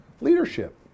leadership